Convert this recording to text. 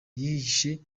yihishe